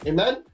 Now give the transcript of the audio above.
Amen